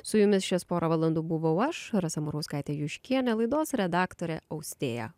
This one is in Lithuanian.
su jumis šias porą valandų buvau aš rasa murauskaitė juškienė laidos redaktorė austėja